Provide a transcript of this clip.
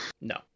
No